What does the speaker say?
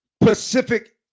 Pacific